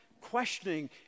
questioning